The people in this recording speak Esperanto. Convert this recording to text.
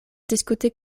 diskuti